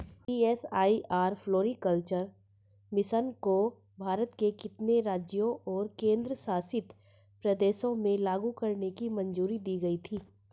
CSIR floriculture mission को भारत के कितने राज्यों और केंद्र शासित प्रदेशों में लागू करने की मंजूरी दी गई थी?